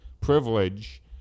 privilege